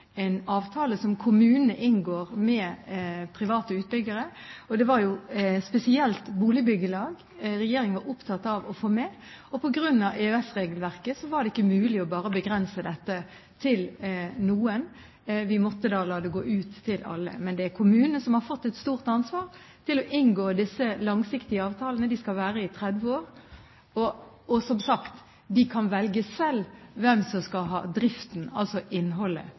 avtale som kommunene inngår med private utbyggere. Det var jo spesielt boligbyggelag regjeringen var opptatt av å få med. På grunn av EØS-regelverket var det ikke mulig å bare begrense dette til noen. Vi måtte la det gå ut til alle. Men kommunene har fått et stort ansvar til å inngå disse langsiktige avtalene – de skal vare i 30 år. Som sagt: De kan velge selv hvem som skal ha driften, altså innholdet,